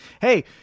Hey